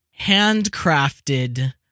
handcrafted